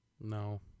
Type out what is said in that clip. No